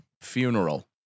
funeral